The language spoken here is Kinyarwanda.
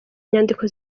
inyandiko